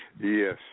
yes